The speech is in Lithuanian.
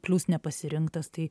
plius nepasirinktas tai